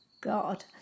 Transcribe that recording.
God